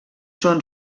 són